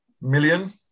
million